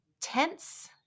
tense